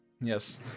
Yes